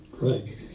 Right